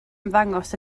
ymddangos